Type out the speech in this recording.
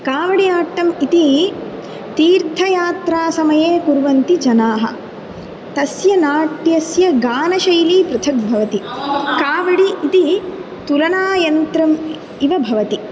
कावडियाट्टम् इति तीर्थयात्रासमये कुर्वन्ति जनाः तस्य नाट्यस्य गानशैली पृथक् भवति कावडि इति तुलनायन्त्रम् इव भवति